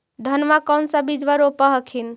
धनमा कौन सा बिजबा रोप हखिन?